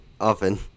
often